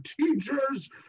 teachers